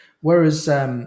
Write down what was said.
whereas